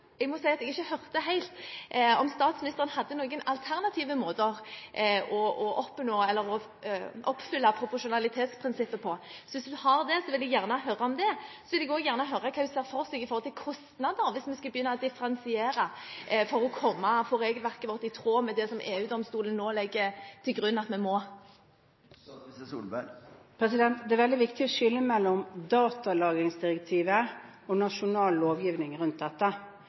Jeg må si at jeg ikke hørte helt om statsministeren hadde noen alternative måter å oppfylle proporsjonalitetsprinsippet på. Hvis hun har det, vil jeg gjerne høre om det. Så vil jeg gjerne høre hva hun ser for seg av kostnader hvis vi skal begynne å differensiere for å få regelverket vårt i tråd med det som EU-domstolen nå legger til grunn. Det er veldig viktig å skille mellom datalagringsdirektivet og nasjonal lovgivning rundt dette.